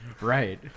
right